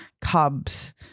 Cubs